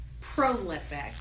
prolific